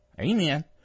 Amen